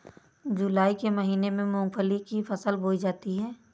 जूलाई के महीने में मूंगफली की फसल बोई जाती है